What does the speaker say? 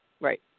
Right